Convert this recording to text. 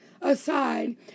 aside